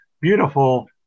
beautiful